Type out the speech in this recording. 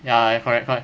ya correct correct